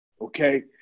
okay